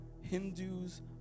Hindus